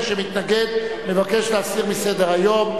מי שמתנגד מבקש להסיר מסדר-היום.